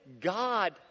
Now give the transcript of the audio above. God